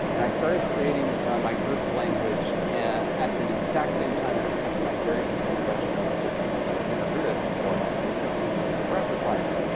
and i started creating my first language at the exact same time that i was taking my very first introduction to linguistics, which i had never heard of before and i only took because it was a breadth requirement.